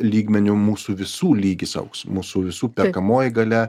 lygmeniu mūsų visų lygis augs mūsų visų perkamoji galia